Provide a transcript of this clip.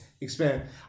expand